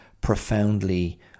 profoundly